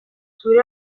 zure